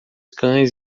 cães